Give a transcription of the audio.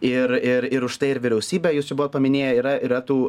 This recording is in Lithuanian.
ir ir ir už tai ir vyriausybę jūs čia buvot paminėję yra yra tų